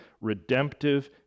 redemptive